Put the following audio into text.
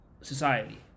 society